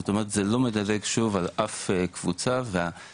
זאת אומרת זה לא מדלג על אף קבוצה והמענה,